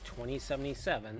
2077